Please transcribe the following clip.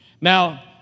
Now